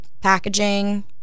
packaging